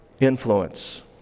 influence